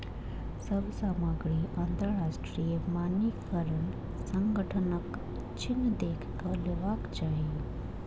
सभ सामग्री अंतरराष्ट्रीय मानकीकरण संगठनक चिन्ह देख के लेवाक चाही